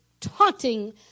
taunting